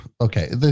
okay